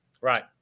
Right